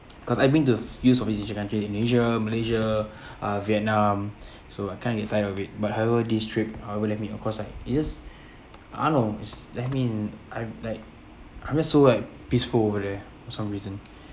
because I've been to few southeast asian country indonesia malaysia uh vietnam so I kind of get tired of it but however this trip however left me awe cause like it's just I don't know is I mean I like I feel so like peaceful over there for some reason